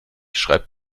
schreibt